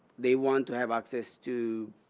they want to have access to,